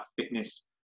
fitness